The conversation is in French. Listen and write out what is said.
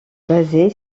basée